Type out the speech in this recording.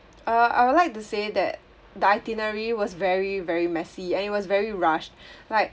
uh I would like to say that the itinerary was very very messy and it was very rushed like